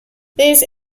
these